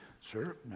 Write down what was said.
Sir